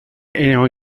ayant